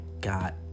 got